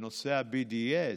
בנושא ה-BDS,